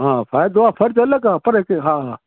हा फ़ाइदो आहे फ़र्ज़ु अलॻि आहे पर हा हा